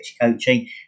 coaching